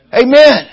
amen